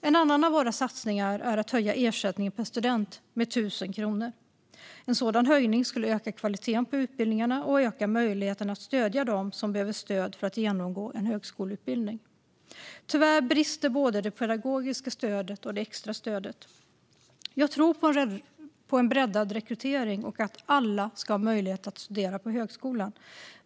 En annan av våra satsningar är att höja ersättningen per student med 1 000 kronor. En sådan höjning skulle höja kvaliteten på utbildningarna och öka möjligheten att stödja dem som behöver stöd för att genomgå en högskoleutbildning. Tyvärr brister både det pedagogiska stödet och det extra stödet. Jag tror på en breddad rekrytering och på att alla ska ha möjlighet att studera på högskolan.